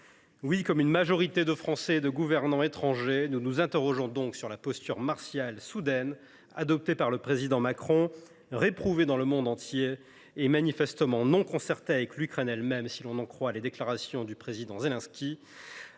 Oui, comme une majorité de Français et de gouvernants étrangers, nous nous interrogeons sur la posture martiale soudainement adoptée par le président Macron, réprouvée dans le monde entier et manifestement non concertée avec l’Ukraine elle même, si l’on en croit les déclarations du président Zelensky.